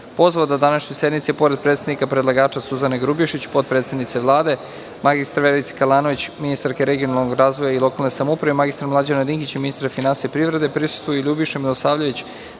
pozvao da današnjoj sednici, pored predstavnika predlagača: Suzane Grubješić, potpredsednice Vlade, mr Verice Kalanović, ministarke regionalnog razvoja i lokalne samouprave, mr Mlađana Dinkića, ministra finansija i privrede, prisustvuju i: Ljubiša Milosavljević,